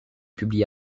publiée